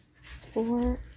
four